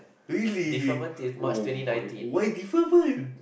really oh my why different one